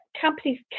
companies